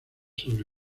sobre